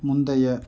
முந்தைய